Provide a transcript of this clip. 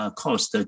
cost